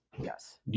Yes